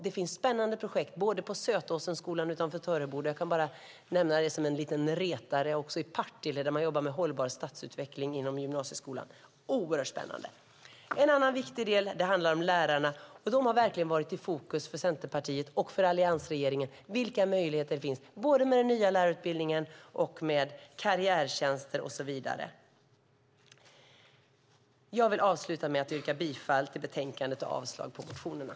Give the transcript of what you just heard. Det finns spännande projekt både på Sötåsenskolan utanför Töreboda - jag kan nämna det som en liten retare - och i Partille där man jobbar med hållbar stadsutveckling inom gymnasieskolan. Det är oerhört spännande. En annan viktig del handlar om lärarna. De har verkligen varit i fokus för Centerpartiet och för alliansregeringen. Det handlar om vilka möjligheter det finns med både den nya lärarutbildningen och karriärtjänster och så vidare. Jag avslutar med att yrka bifall till utskottets förslag i betänkandet och avslag på motionerna.